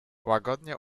łagodnie